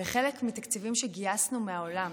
וחלק, מתקציבים שגייסנו מהעולם,